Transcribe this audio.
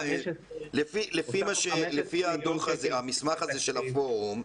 לפי המסמך הזה של הפורום,